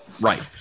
Right